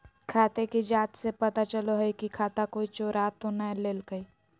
खाते की जाँच से पता चलो हइ की खाता कोई चोरा तो नय लेलकय